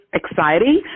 exciting